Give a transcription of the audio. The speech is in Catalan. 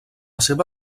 seva